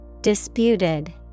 Disputed